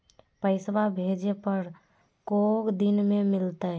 पैसवा भेजे पर को दिन मे मिलतय?